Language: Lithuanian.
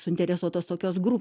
suinteresuotos tokios gru